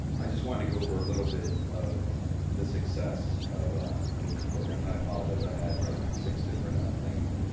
i just want to go over a little bit of the success of ah woodbridge programs, and i apologize, i had like six different things